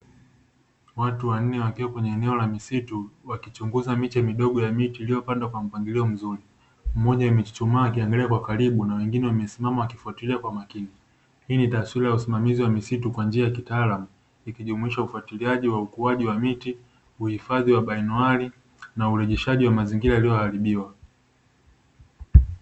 Watu wanne wakiwa kwenye eneo la misitu wakichunguza miche midogo ya miti iliyopandwa kwa mpangilio mzuri. Mmoja amechuchumaa akiangalia kwa karibu, na mwingine amesimama akifuatilia kwa makini. Hii ni taswira ya usimamizi wa misitu kwa njia ya kitaalamu ikijumuisha ufuatiliaji wa ukuaji wa miti, uhifadhi wa baionuwai, na urejeshaji wa mazingira yaliyoharibiwa.